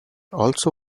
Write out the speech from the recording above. also